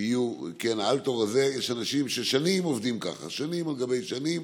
שיהיו האל-תור הזה, יש אנשים ששנים על גבי שנים